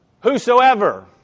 whosoever